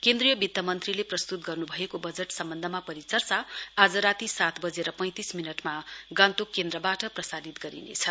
केन्द्रीय वित मन्त्रीले प्रस्तुत गर्न् भएको बजट सम्बन्धमा परिचर्चा आज राती सात बजेर पैंतिस मिनटमा गान्तोक केन्द्रबाट प्रसारित गरिनेछ